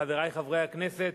חברי חברי הכנסת,